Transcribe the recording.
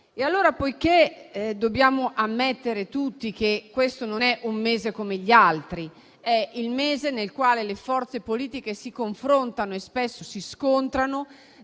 secondario. Poiché dobbiamo ammettere tutti che questo non è un mese come gli altri, ma è il mese nel quale le forze politiche si confrontano e spesso si scontrano